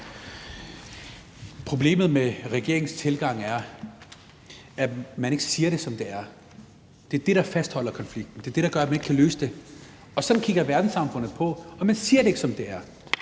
Problemet med regeringens tilgang er, at man ikke siger det, som det er. Det er det, der fastholder konflikten, det er det, der gør, at man ikke kan løse det. Sådan kigger verdenssamfundet på det, og man siger det ikke, som det er.